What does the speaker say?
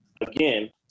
again